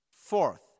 Fourth